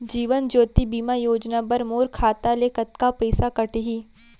जीवन ज्योति बीमा योजना बर मोर खाता ले कतका पइसा कटही?